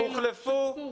"הוחלפו",